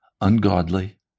Ungodly